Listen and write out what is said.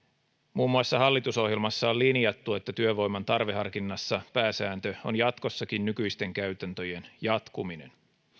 muun muassa hallitusohjelmassa on linjattu että työvoiman tarveharkinnassa pääsääntö on jatkossakin nykyisten käytäntöjen jatkuminen